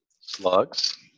slugs